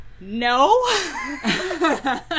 no